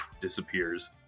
disappears